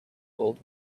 old